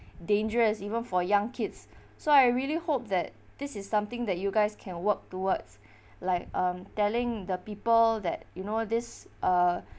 dangerous even for young kids so I really hope that this is something that you guys can work towards like um telling the people that you know this uh